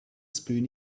spoon